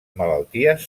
malalties